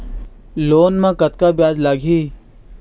Loan म कतका ब्याज लगही?